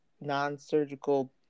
non-surgical